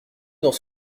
dans